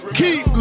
keep